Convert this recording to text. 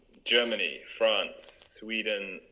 germany france sweden,